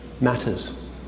matters